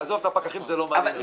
עזוב, את הפקחים זה לא מעניין בכלל.